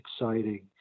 exciting